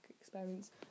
experience